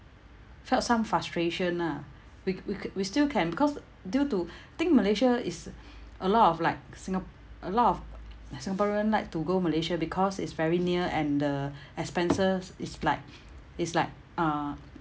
felt some frustration ah we we c~ we still can because due to think malaysia is a lot of like singa~ a lot of singaporean like to go malaysia because it's very near and the expenses is like is like uh